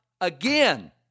again